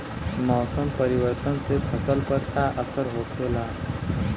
मौसम परिवर्तन से फसल पर का असर होखेला?